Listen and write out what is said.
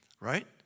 Right